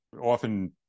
often